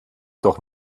doch